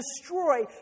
destroy